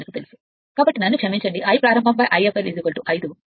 కాబట్టి నన్ను క్షమించండి Iప్రారంభం I fl 5 కాబట్టి 5 2 Sfl 0